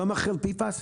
לא מכיל PFAS?